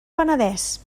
penedès